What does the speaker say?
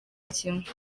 kimwe